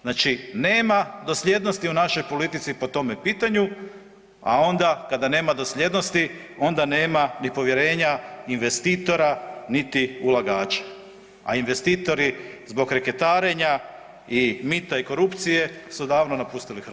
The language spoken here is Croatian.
Znači nema dosljednosti u našoj politici po tome pitanju, a onda kada nema dosljednosti onda nema ni povjerenja investitora niti ulagača, a investitori zbog reketarenja i mita i korupcije su davno napustili Hrvatsku.